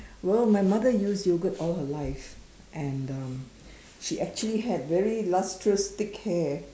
well my mother used yogurt all her life and um she actually had very lustrous thick hair